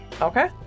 Okay